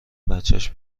بچش